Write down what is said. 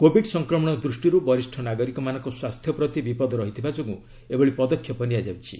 Covid ସଂକ୍ମଣ ଦୃଷ୍ଟିରୁ ବରିଷ୍ଣ ନାଗରିକମାନଙ୍କ ସ୍ୱାସ୍ଥ୍ୟ ପ୍ରତି ବିପଦ ରହିଥିବା ଯୋଗୁଁ ଏଭଳି ପଦକ୍ଷେପ ନିଆଯାଇଛି